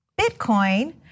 Bitcoin